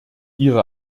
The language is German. ihre